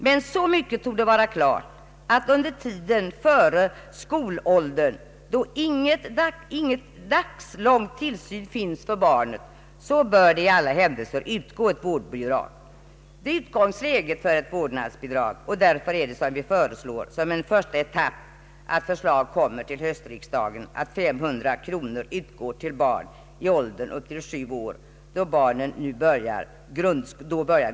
Men så mycket torde vara klart att under tiden före skolåldern, då ingen dagslång tillsyn finns för många barn, bör det i alla händelser utgå ett vårdbidrag. Det är utgångsläget till att vi föreslår som en första etapp att 500 kronor skall utgå till barn i åldern upp till sju år, då barnen börjar grundskolan.